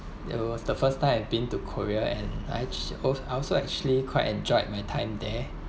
there was the first time I've been to korea and I ac~ al~ I also actually quite enjoyed my time there